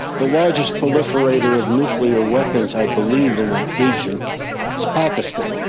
the largest proliferator of nuclear weapons i believe in that region is pakistan.